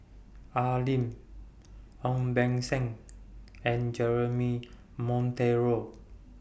Al Lim Ong Beng Seng and Jeremy Monteiro